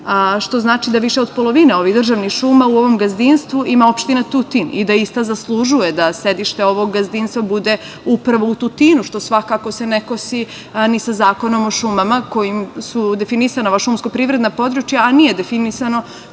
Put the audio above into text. što znači da više od polovine ovih državnih šuma u ovom gazdinstvu ima opština Tutin i da ista zaslužuje da sedište ovog gazdinstva bude upravo u Tutinu, što se svakako ne kosi ni sa Zakonom o šumama, kojim su definisana ova šumsko-privredna područja, a nije definisano